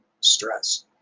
stress